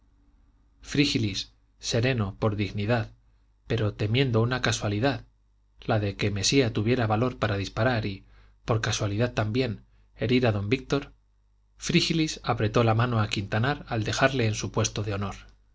frígilis sereno por dignidad pero temiendo una casualidad la de que mesía tuviera valor para disparar y por casualidad también herir a víctor frígilis apretó la mano a quintanar al dejarle en su puesto de honor